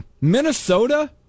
Minnesota